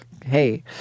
hey